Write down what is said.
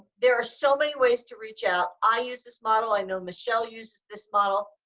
there are so many ways to reach out. i use this model, i know michelle uses this model.